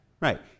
right